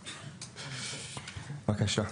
בבקשה.